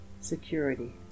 security